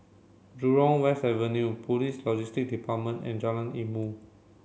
Jurong West Avenue Police Logistics Department and Jalan Ilmu